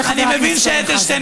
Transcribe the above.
אני מבקשת שתתנצל,